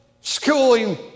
schooling